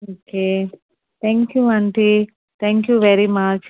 okay thank you aunty thank you very much